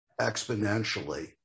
exponentially